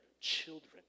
children